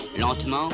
Lentement